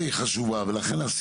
לכולם.